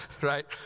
right